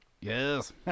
Yes